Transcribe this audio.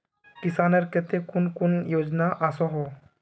किसानेर केते कुन कुन योजना ओसोहो?